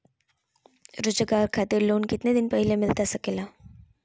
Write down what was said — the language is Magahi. रोजगार खातिर लोन कितने दिन पहले मिलता सके ला?